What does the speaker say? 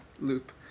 loop